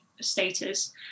status